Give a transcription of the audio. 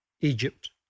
Egypt